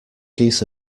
geese